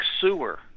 sewer